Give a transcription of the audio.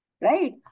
right